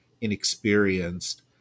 inexperienced